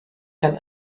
kann